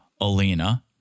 Alina